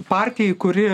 partijai kuri